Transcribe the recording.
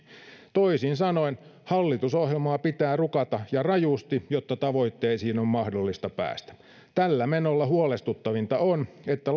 toisin sanoen hallitusohjelmaa pitää rukata ja rajusti jotta tavoitteisiin on mahdollista päästä tällä menolla huolestuttavinta on että